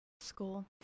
School